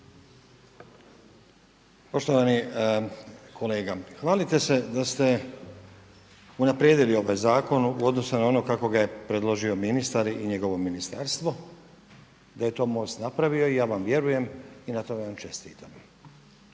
Poštovani kolega. Hvalite se da ste unaprijedili ovaj zakon u odnosu na ono kako ga je predložio ministar i njegovo ministarstvo, da je to MOST napravio i ja vjerujem i na tome vam čestitam.